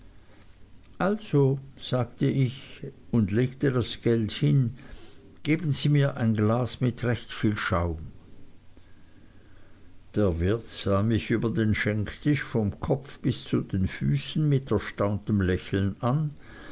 also sagte ich und legte das geld hin geben sie mir ein glas mit recht viel schaum der wirt sah mich über den schenktisch vom kopf bis zu den füßen mit erstauntem lächeln an